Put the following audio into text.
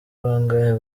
bangahe